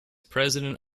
president